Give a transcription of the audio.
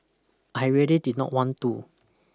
I really did not want to